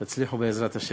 תצליחו, בעזרת השם.